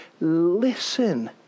listen